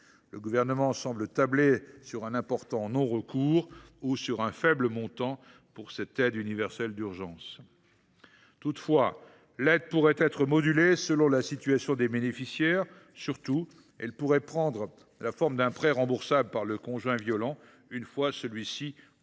Le Gouvernement semble tabler sur un important non recours ou sur un faible montant pour cette aide universelle d’urgence. Toutefois, l’aide pourrait être modulée selon la situation des bénéficiaires. Surtout, elle pourrait prendre la forme d’un prêt remboursable par le conjoint violent, une fois celui ci